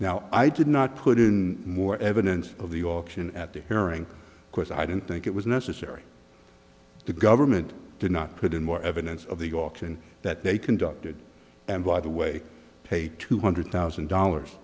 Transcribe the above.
now i did not put in more evidence of the auction at the hearing because i didn't think it was necessary the government did not put in more evidence of the auction that they conducted and by the way paid two hundred thousand dollars